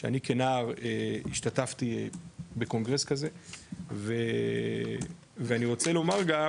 שאני כנער השתתפתי בקונגרס כזה ואני רוצה לומר גם